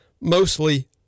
mostly